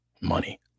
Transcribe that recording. money